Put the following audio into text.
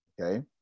okay